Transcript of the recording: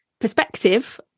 perspective